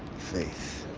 faith.